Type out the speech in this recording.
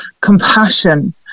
compassion